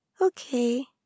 Okay